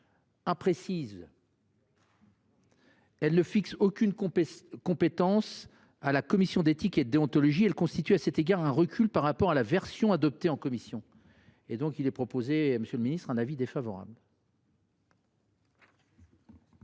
imprécise : elle ne fixe aucune compétence précise à la commission d’éthique et de déontologie. Elle constitue à cet égard un recul par rapport à la version adoptée en commission. C’est la raison pour laquelle j’émets un avis défavorable.